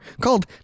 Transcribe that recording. Called